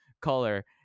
color